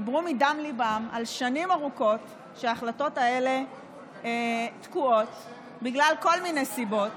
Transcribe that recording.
דיברו מדם ליבם על שנים ארוכות שההחלטות האלה תקועות בגלל כל מיני סיבות